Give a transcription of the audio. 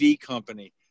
company